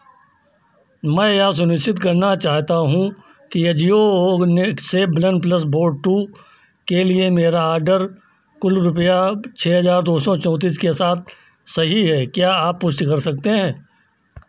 मैं यह सुनिश्चित करना चाहता हूँ कि अजियो नेट से वनप्लस बोर्ड टू के लिए मेरा आडर कुल रुपया छः हज़ार दो सौ चौंतीस के साथ सही है क्या आप पुष्टि कर सकते हैं